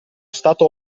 stato